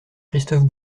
christophe